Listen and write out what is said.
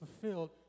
fulfilled